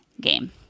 game